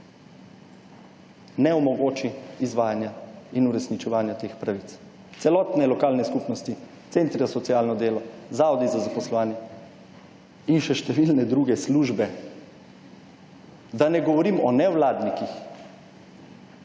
ne omogoči izvajanja in uresničevanja teh pravic. Celotne lokalne skupnosti, centri za socialno delo, zavodi za zaposlovanje in še številne druge službe, da ne govorim o nevladnikih,